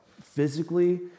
physically